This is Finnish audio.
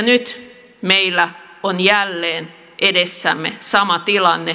nyt meillä on jälleen edessämme sama tilanne